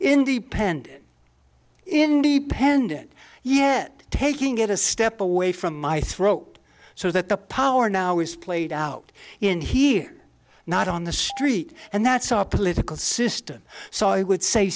the penned in the pendant yet taking it a step away from my throat so that the power now is played out in here not on the street and that's our political system so i would say